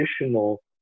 additional